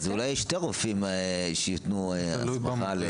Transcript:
אולי שני רופאים שייתנו הסמכה.